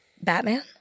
Batman